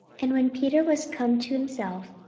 and when peter was come to himself,